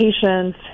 patients